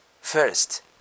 first